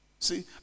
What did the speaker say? See